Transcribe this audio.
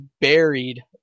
buried